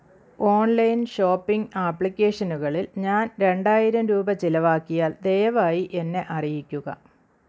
online shopping അപ്ലിക്കേഷനുകളിൽ ഞാൻ രണ്ടായിരം രൂപ ചിലവാക്കിയാൽ ദയവായി എന്നെ അറിയിക്കുക